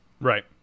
right